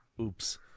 Oops